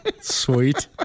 Sweet